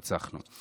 ניצחנו, ניצחנו.